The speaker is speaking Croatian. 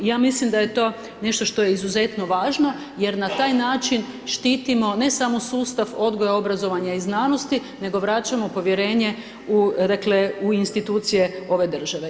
Ja mislim da je to nešto što je izuzetno važno, jer na taj način štitimo ne samo sustav odgoja, obrazovanja i znanosti, nego vraćamo povjerenje u dakle u institucije ove države.